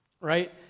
Right